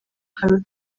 karoti